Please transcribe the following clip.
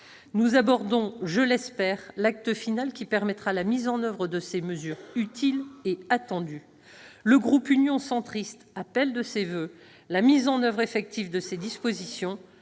Nous abordons, je l'espère, l'acte final qui permettra la mise en oeuvre de ces mesures utiles et attendues. Le groupe Union Centriste appelle de ses voeux la mise en oeuvre effective de ces dispositions,